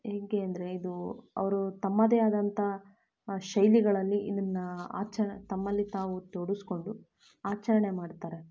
ಹೇಗೆ ಅಂದರೆ ಇದು ಅವರು ತಮ್ಮದೇ ಆದಂಥ ಶೈಲಿಗಳಲ್ಲಿ ಇದನ್ನು ಆಚರ್ ತಮ್ಮಲ್ಲಿ ತಾವು ತೋಡಿಸ್ಕೊಂಡು ಆಚರಣೆ ಮಾಡ್ತಾರೆ